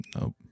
Nope